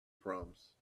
proms